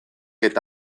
eta